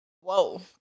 whoa